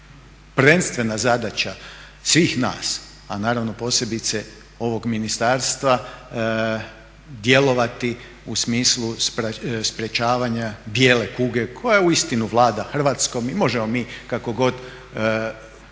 prvenstvena zadaća svih nas, a naravno posebice ovog ministarstva djelovati u smislu sprečavanja bijele kuge koja uistinu vlada Hrvatskom i možemo mi kako god željeli